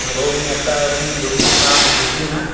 हां भाऊ मी आता रूम दोनशे सहा घेतली ना